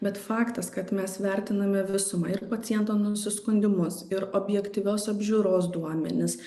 bet faktas kad mes vertiname visumą ir paciento nusiskundimus ir objektyvios apžiūros duomenis